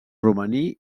romaní